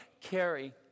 carry